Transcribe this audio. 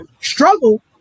struggle